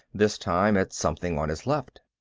this time at something on his left.